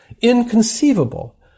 inconceivable